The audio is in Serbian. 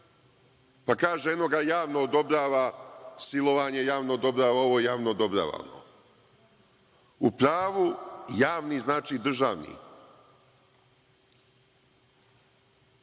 pa kaže eno ga javno odobrava silovanje, javno odobrava ovo, javno odobrava ono. U pravu javni znači državni. To